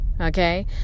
okay